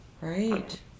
Right